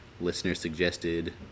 listener-suggested